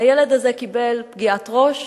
הילד הזה קיבל פגיעת ראש,